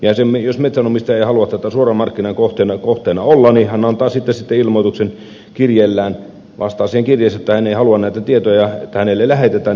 jos metsänomistaja ei halua tämän suoramarkkinoinnin kohteena olla hän antaa sitten siitä ilmoituksen kirjeellään vastaa siihen kirjeeseen että hän ei halua näitä tietoja lähetettävän ja asia on siltä osin selvä